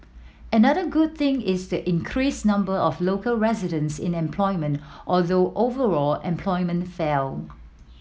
another good thing is the increased number of local residents in employment although overall employment fell